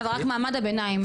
אבל רק מעמד הביניים.